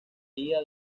día